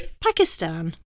Pakistan